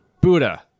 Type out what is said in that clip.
Buddha